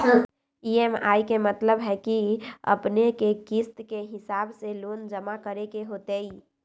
EMI के मतलब है कि अपने के किस्त के हिसाब से लोन जमा करे के होतेई?